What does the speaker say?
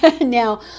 Now